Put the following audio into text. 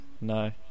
No